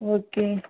okay